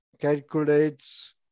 calculates